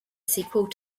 sequel